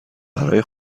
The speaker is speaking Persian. برای